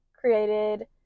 created